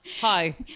Hi